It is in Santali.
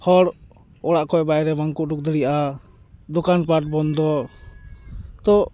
ᱦᱚᱲ ᱚᱲᱟᱜ ᱠᱷᱚᱱ ᱵᱟᱭᱨᱮ ᱵᱟᱝᱠᱚ ᱩᱰᱩᱠ ᱫᱟᱲᱮᱭᱟᱜᱼᱟ ᱫᱚᱠᱟᱱ ᱯᱟᱴ ᱵᱚᱱᱫᱚ ᱛᱚ